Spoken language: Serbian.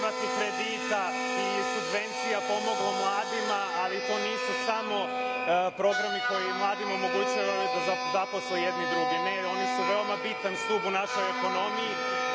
i bezkamatnih kredita i subvencija pomoglo mladima, ali to nisu samo programi koji mladima omogućavaju da zaposle jedni druge, ne, oni su veoma bitan stub u našoj ekonomiji